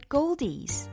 Goldies